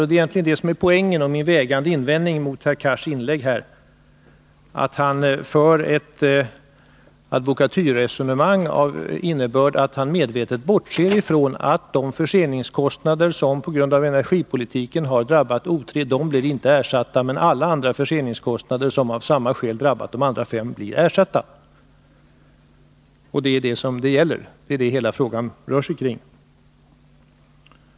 Det är egentligen det som är poängen, och en vägande invändning mot herr Cars inlägg här, att han för ett advokatyrresonemang av innebörd att han medvetet bortser från att de förseningskostnader, som på grund av energipolitiken drabbat O 3, inte blir ersatta, medan alla övriga förseningskostnader, som av samma skäl drabbat de andra fem reaktorerna, blir ersatta. Det är detta hela frågan rör sig kring.